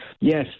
yes